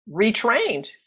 retrained